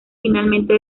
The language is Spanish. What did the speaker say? finalmente